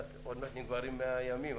עוד מעט נגמרים 100 הימים,